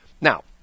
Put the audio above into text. Now